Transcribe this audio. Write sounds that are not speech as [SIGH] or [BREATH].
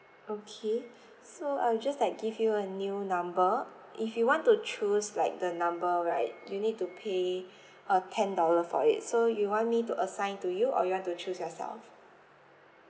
okay [BREATH] so I'll just like give you a new number if you want to choose like the number right you need to pay [BREATH] uh ten dollar for it so you want me to assign to you or you want to choose yourself